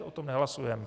O tom nehlasujeme.